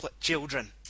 children